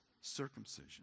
circumcision